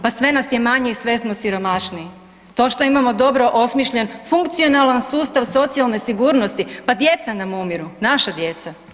Pa sve nas je manje i sve smo siromašniji, to što imamo dobro osmišljen funkcionalan socijalne sigurnosti, pa djeca nam umiru, naša djeca.